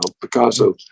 Picasso